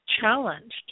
challenged